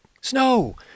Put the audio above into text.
snow